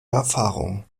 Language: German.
erfahrung